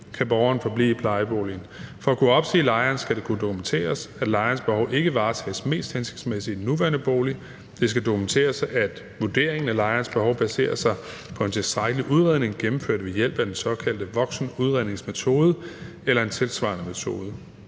kan borgeren forblive i plejeboligen. For at kunne opsige lejeren skal det kunne dokumenteres, at lejerens behov ikke varetages mest hensigtsmæssigt i den nuværende bolig. Det skal dokumenteres, at vurderingen af lejerens behov baserer sig på en tilstrækkelig udredning gennemført ved hjælp af den såkaldte voksenudredningsmetode eller en tilsvarende metode.